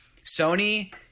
Sony